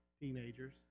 teenagers